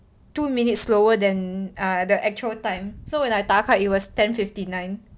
two minutes slower than the actual time so when I 打卡 it was ten fifty nine